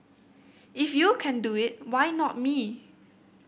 if you can do it why not me